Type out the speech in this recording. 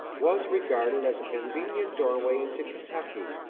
was regarded as a convenient doorway into kentucky.